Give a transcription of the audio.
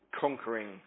conquering